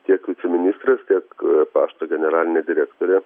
tiek viceministras tiek pašto generalinė direktorė